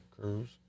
Cruz